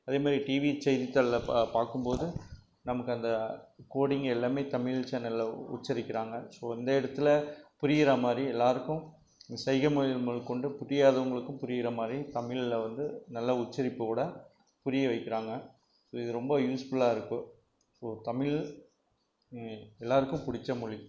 அதே மாதிரி டிவி செய்தித்தாளில் பார்க்கும்போது நமக்கு அந்த கோடிங் எல்லாமே தமிழ் சேனலில் உச்சரிக்கிறாங்க ஸோ அந்த இடத்தில் புரிகிற மாதிரி எல்லாேருக்கும் இந்த சைகை மொழியில் முதற்கொண்டு புரியாதவங்களுக்கும் புரிகிற மாதிரி தமிழில் வந்து நல்ல உச்சரிப்போடு புரிய வைக்கிறாங்க இது ரொம்ப யூஸ்ஃபுல்லாக இருக்குது தமிழ் எல்லாேருக்கும் பிடிச்ச மொழி